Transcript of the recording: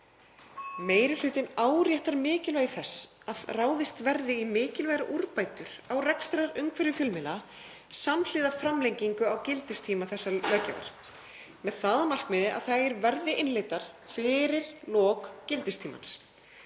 Meiri hlutinn áréttar mikilvægi þess að ráðist verði í mikilvægar úrbætur á rekstrarumhverfi fjölmiðla samhliða framlengingu á gildistíma þessarar löggjafar, með það að markmiði að þær verði innleiddar fyrir lok gildistímans.